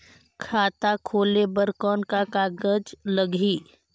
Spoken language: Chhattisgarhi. खाता खोले बर कौन का कागज लगही?